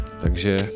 Takže